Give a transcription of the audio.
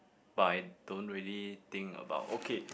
but I don't really think about okay